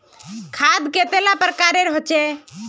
खाद कतेला प्रकारेर होचे?